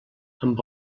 amb